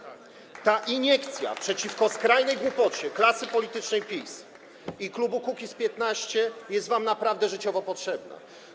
Ta iniekcja przeciwko skrajnej głupocie klasy politycznej PiS i klubu Kukiz’15 jest wam naprawdę życiowo potrzebna.